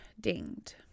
dinged